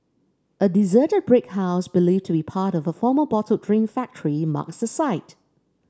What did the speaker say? a deserted brick house believed to be part of a former bottled drink factory marks the site